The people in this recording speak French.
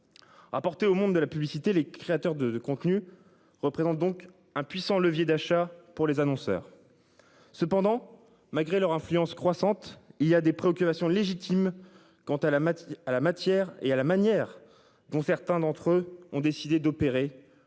Apporter au monde de la publicité, les créateurs de contenus représente donc un puissant levier d'achat pour les annonceurs. Cependant, malgré leur influence croissante il y a des préoccupations légitimes. Quant à la matinée à la matière et à la manière dont certains d'entre eux ont décidé d'opérer